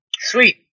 Sweet